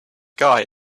guy